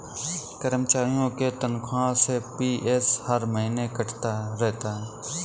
कर्मचारियों के तनख्वाह से पी.एफ हर महीने कटता रहता है